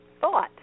thought